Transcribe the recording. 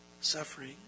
suffering